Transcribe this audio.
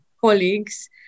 colleagues